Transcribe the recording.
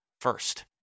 first